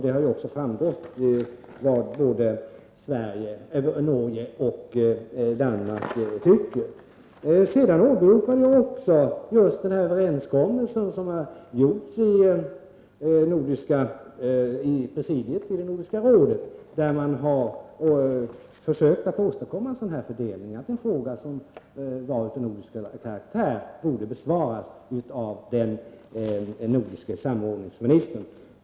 Det har också framgått vad både Norge och Danmark tycker. Jag åberopade också den överenskommelse som har träffats i Nordiska rådets presidium, där man har försökt åstadkomma en sådan här fördelning. Jag tyckte att detta var en fråga av nordisk karaktär, som borde besvaras av den nordiske samarbetsministern.